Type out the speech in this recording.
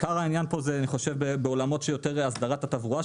עיקר העניין פה הוא בעולמות של הסדרת התברואה,